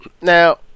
Now